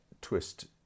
twist